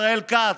ישראל כץ,